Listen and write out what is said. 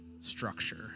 structure